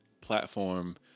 platform